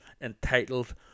entitled